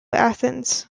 athens